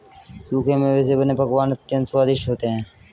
सूखे मेवे से बने पकवान अत्यंत स्वादिष्ट होते हैं